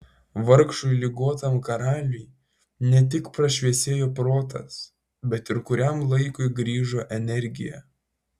vargšui ligotam karaliui ne tik prašviesėjo protas bet ir kuriam laikui grįžo energija